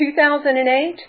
2008